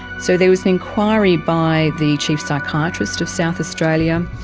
so there was an enquiry by the chief psychiatrist of south australia,